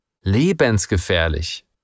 lebensgefährlich